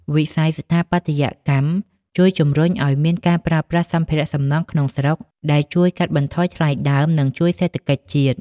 វិស័យស្ថាបត្យកម្មជួយជម្រុញឱ្យមានការប្រើប្រាស់សម្ភារៈសំណង់ក្នុងស្រុក ដែលជួយកាត់បន្ថយថ្លៃដើម និងជួយសេដ្ឋកិច្ចជាតិ។